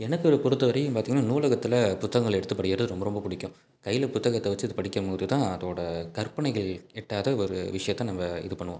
எனக்கு ஒரு பொறுத்தவரைக்கும் பார்த்தீங்கன்னா நூலகத்தில் புத்தகங்கள் எடுத்து படிக்கிறது ரொம்ப ரொம்ப பிடிக்கும் கையில் புத்தகத்தை வச்சு அது படிக்கும் போதுதான் அதோட கற்பனைகள் எட்டாத ஒரு விஷயத்த நம்ம இது பண்ணுவோம்